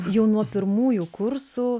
jau nuo pirmųjų kursų